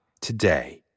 today